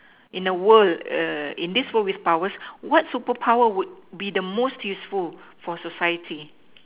in a world in this world of powers what superpower would be the most useful with society